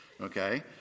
okay